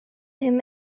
him